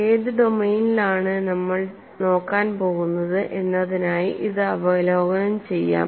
ഏത് ഡൊമെയ്നിലാണ് നമ്മൾ നോക്കാൻ പോകുന്നത് എന്നതിനായി ഇത് അവലോകനം ചെയ്യാം